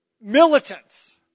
militants